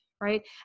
right